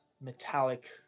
metallic